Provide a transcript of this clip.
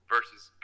versus